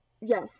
yes